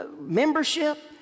membership